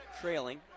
trailing